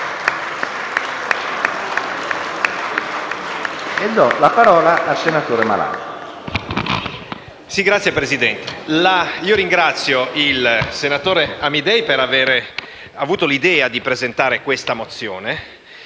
Signor Presidente, ringrazio il senatore Amidei per avere avuto l'idea di presentare questa mozione,